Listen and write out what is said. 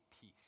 peace